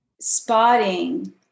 spotting